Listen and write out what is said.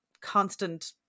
constant